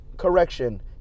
Correction